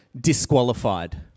disqualified